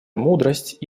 мудрость